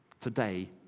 today